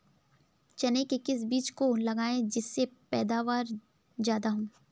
चने के किस बीज को लगाएँ जिससे पैदावार ज्यादा हो?